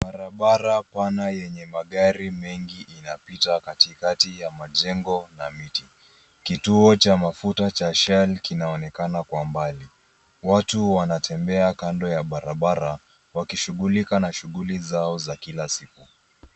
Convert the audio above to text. Barabara pana yenye magari mengi inapita katikati ya majengo na miti. Kituo cha mafuta cha shell kinaonekana kwa mbali. Watu wanatembea kando ya barabara wakishughulika na shughuli zao za kila siku.